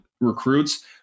recruits